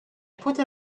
pointed